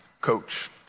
coach